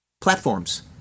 platforms